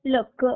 Look